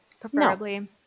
preferably